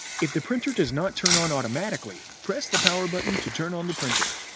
if the printer does not turn on automatically, press the power button to turn on the printer.